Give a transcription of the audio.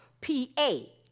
P-A